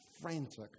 frantic